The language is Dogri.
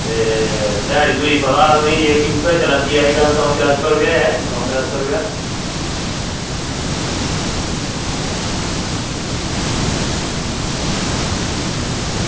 ते ध्याड़ी तुसेंगी पता ते उऐ चला दी अज्जकल दौं त्रैऽ रपेआ ऐ दौं त्रैऽ रपेआ